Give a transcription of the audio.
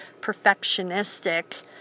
perfectionistic